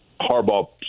Harbaugh